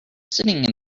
sitting